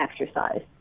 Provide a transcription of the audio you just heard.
exercise